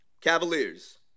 Cavaliers